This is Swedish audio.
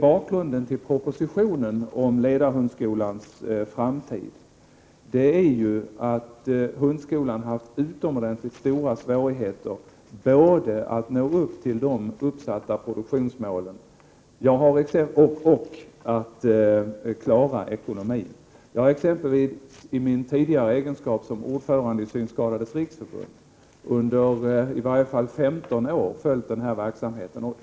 Bakgrunden till propositionen om ledarhundskolans framtid är att hundskolan har haft utomordentligt stora svårigheter med att nå upp till de uppsatta produktionsmålen och med att klara sin ekonomi. I min tidigare egenskap som ordförande i synskadades riksförbund har jag under en femtonårsperiod följt den här verksamheten.